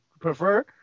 prefer